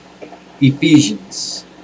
Ephesians